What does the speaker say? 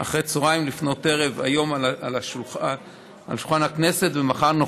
על שולחן הכנסת היום אחר הצוהריים,